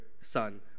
son